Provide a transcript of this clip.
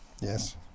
Yes